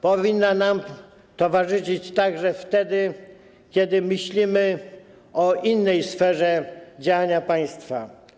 Powinna nam towarzyszyć także wtedy, kiedy myślimy o innej sferze działania państwa.